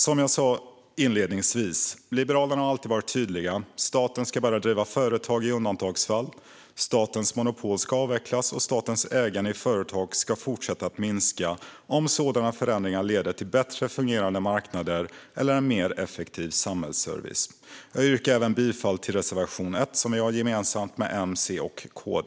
Som jag sa inledningsvis: Liberalerna har alltid varit tydliga med att staten ska driva företag bara i undantagsfall. Statens monopol ska avvecklas, och statens ägande i företag ska fortsätta att minska om sådana förändringar leder till bättre fungerande marknader eller effektivare samhällsservice. Jag yrkar bifall till reservation 1, som vi har gemensamt med M, C och KD.